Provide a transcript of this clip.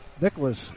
Nicholas